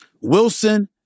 Wilson